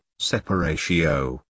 separatio